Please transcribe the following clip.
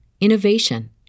innovation